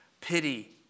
pity